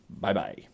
Bye-bye